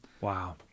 Wow